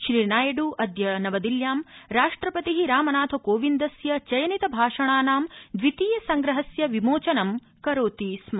श्रीनायडू अद्य नवदिल्ल्यां राष्ट्रपति रामनाथकोविंदस्य चयनितभाषणानां द्वितीय संग्रहस्य विमोचनं करोति स्म